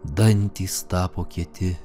dantys tapo kieti